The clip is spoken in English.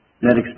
Net